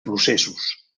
processos